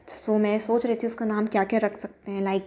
सो मैं सोच रही थी उसका नाम क्या क्या रख सकते हैं लाइक